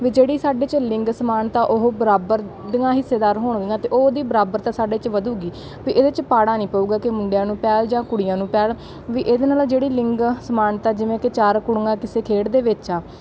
ਵੀ ਜਿਹੜੀ ਸਾਡੇ 'ਚ ਲਿੰਗ ਸਮਾਨਤਾ ਉਹ ਬਰਾਬਰ ਦੀਆਂ ਹਿੱਸੇਦਾਰ ਹੋਣਗੀਆਂ ਅਤੇ ਉਹ ਉਹਦੀ ਬਰਾਬਰਤਾ ਸਾਡੇ 'ਚ ਵਧੇਗੀ ਵੀ ਇਹਦੇ 'ਚ ਪਾੜਾ ਨਹੀਂ ਪਊਗਾ ਕਿ ਮੁੰਡਿਆਂ ਨੂੰ ਪਹਿਲ ਜਾਂ ਕੁੜੀਆਂ ਨੂੰ ਪਹਿਲ ਵੀ ਇਹਦੇ ਨਾਲ ਜਿਹੜੀ ਲਿੰਗ ਸਮਾਨਤਾ ਜਿਵੇਂ ਕਿ ਚਾਰ ਕੁੜੀਆਂ ਕਿਸੇ ਖੇਡ ਦੇ ਵਿੱਚ ਆ